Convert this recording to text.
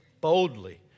boldly